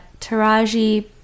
Taraji